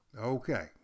Okay